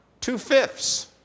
Two-fifths